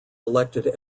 elected